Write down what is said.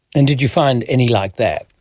and did you find any like that?